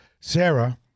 Sarah